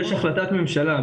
יש החלטת ממשלה.